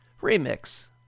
remix